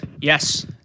Yes